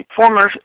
former